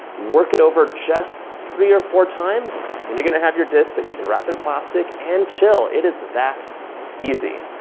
work it over just three or four times and then you're gonna have your disk that you can wrap in plastic and chill. it is that easy.